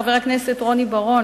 חבר הכנסת רוני בר-און,